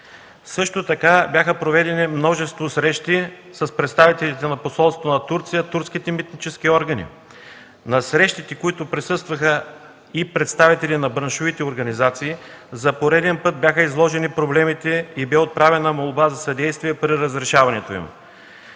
въпроси. Бяха проведени множество срещи с представителите на посолството на Турция и турските митнически органи. На срещите, на които присъстваха и представители на браншовите организации, за пореден път бяха изложени проблемите и бе отправена молба за съдействие при разрешаването им.